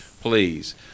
please